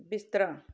ਬਿਸਤਰਾ